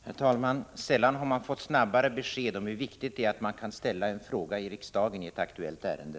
Herr talman! Sällan har man fått snabbare besked om hur viktigt det är att man kan ställa en fråga i riksdagen i ett aktuellt ärende.